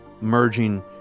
merging